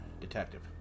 Detective